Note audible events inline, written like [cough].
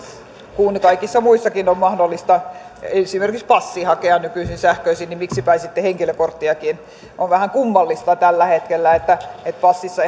kun se kaikessa muussakin on mahdollista esimerkiksi passin voi hakea nykyisin sähköisesti niin miksipä ei sitten henkilökorttiakin on vähän kummallista tällä hetkellä että passissa [unintelligible]